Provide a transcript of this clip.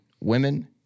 women